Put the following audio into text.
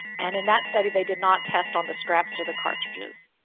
and in that study, they did not test on the straps or the cartridges.